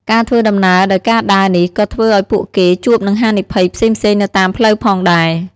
ការធ្វើដំណើរដោយការដើរនេះក៏ធ្វើឱ្យពួកគេជួបនឹងហានិភ័យផ្សេងៗនៅតាមផ្លូវផងដែរ។